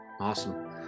awesome